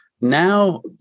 Now